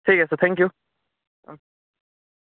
ঠিক আছে thank U